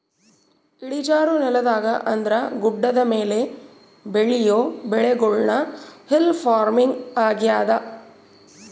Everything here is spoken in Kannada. ಇಳಿಜಾರು ನೆಲದಾಗ ಅಂದ್ರ ಗುಡ್ಡದ ಮೇಲೆ ಬೆಳಿಯೊ ಬೆಳೆಗುಳ್ನ ಹಿಲ್ ಪಾರ್ಮಿಂಗ್ ಆಗ್ಯತೆ